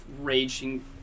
raging